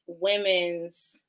women's